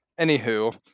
anywho